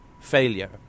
failure